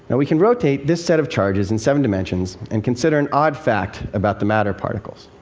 and we can rotate this set of charges in seven dimensions and consider an odd fact about the matter particles